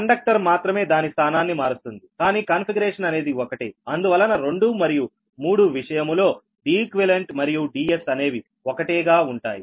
conductor మాత్రమే దాని స్థానాన్ని మారుస్తుంది కానీ కాన్ఫిగరేషన్ అనేది ఒకటే అందువలన రెండు మరియు మూడు విషయము లో Deq మరియు Ds అనేవి ఒకటే గా ఉంటాయి